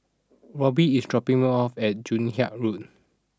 Robby is dropping me off at Joon Hiang Road